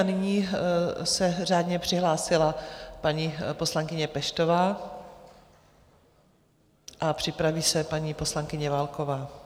Nyní se řádně přihlásila paní poslankyně Peštová a připraví se paní poslankyně Válková.